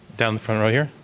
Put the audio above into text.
down in front right here,